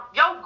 yo